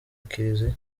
kiliziya